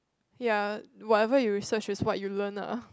ya whatever you research is what you learn lah